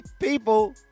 people